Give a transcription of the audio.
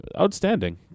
Outstanding